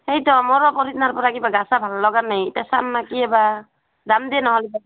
সেইটো মোৰো অতদিনাৰ পৰা কিবা গা চা ভাল লগা নাই এতিয়া চাম নে কিয়ে বা যাম দিয়ে নহ'লে